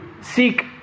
seek